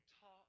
talk